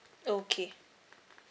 okay